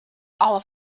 all